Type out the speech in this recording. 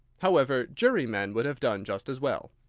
however, jurymen would have done just as well.